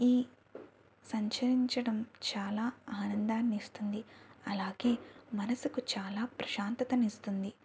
ఈ సంచరించడం చాలా ఆనందాన్ని ఇస్తుంది అలాగే మనసుకు చాలా ప్రశాంతతను ఇస్తుంది